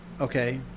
okay